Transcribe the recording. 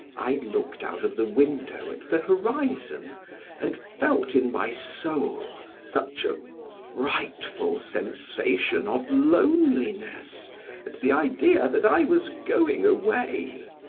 i looked out of the window at the horizon and felt in my soul such a frightful sensation of loneliness at the idea that i was going away,